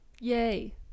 Yay